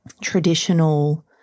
traditional